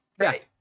Right